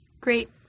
Great